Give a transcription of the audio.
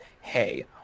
hey